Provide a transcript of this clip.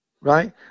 Right